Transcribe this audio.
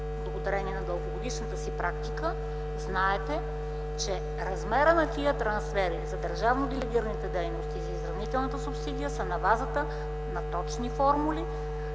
благодарение на дългогодишната си практика, знаете, че размерът на тези трансфери за държавно делегираните дейности и за изравнителната субсидия са на базата на точни формули